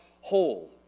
whole